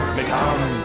become